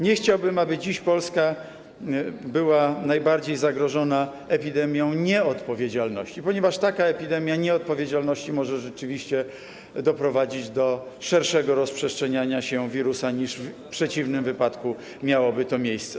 Nie chciałbym, aby dziś Polska była najbardziej zagrożona epidemią nieodpowiedzialności, ponieważ taka epidemia nieodpowiedzialności może rzeczywiście doprowadzić do szerszego rozprzestrzeniania się wirusa, niż przeciwnym wypadku miałoby to miejsce.